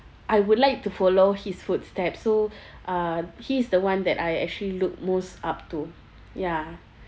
I would like to follow his footsteps so uh he is the one that I actually look most up to ya